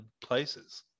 Places